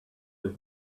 was